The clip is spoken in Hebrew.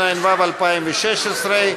התשע"ו 2016,